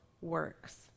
works